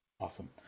Awesome